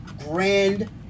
grand